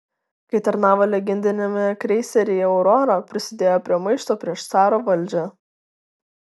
kai tarnavo legendiniame kreiseryje aurora prisidėjo prie maišto prieš caro valdžią